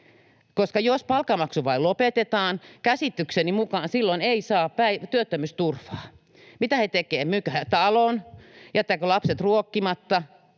Jos palkanmaksu vain lopetetaan, käsitykseni mukaan silloin ei saa työttömyysturvaa. Mitä he tekevät? Myyvätkö he talon, jättävätkö lapset ruokkimatta?